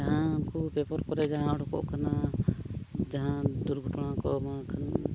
ᱡᱟᱦᱟᱸ ᱠᱚ ᱯᱮᱯᱟᱨ ᱠᱚᱨᱮᱜ ᱡᱟᱦᱟᱸ ᱩᱰᱩᱠᱚᱜ ᱠᱟᱱᱟ ᱡᱟᱦᱟᱸ ᱫᱩᱨᱜᱷᱚᱴᱚᱱᱟ ᱠᱚ ᱮᱢᱟᱱ